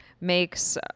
makes